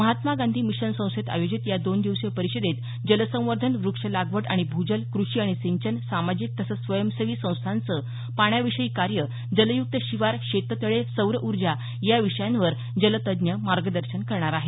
Mahatma Gandhi mission संस्थेत आयोजित या दोन दिवसीय परिषदेत जलसंवर्धन वृक्षलागवड आणि भूजल कृषी आणि सिंचन सामाजिक तसंच स्वयंसेवी संस्थाचं पाण्याविषयी कार्य जलय्क्त शिवार शेततळे सौर उर्जा या विषयांवर जलतज्ज्ञ मार्गदर्शन करणार आहेत